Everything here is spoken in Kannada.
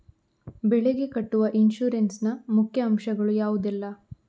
ಬೆಳೆಗೆ ಕಟ್ಟುವ ಇನ್ಸೂರೆನ್ಸ್ ನ ಮುಖ್ಯ ಅಂಶ ಗಳು ಯಾವುದೆಲ್ಲ?